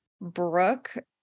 Brooke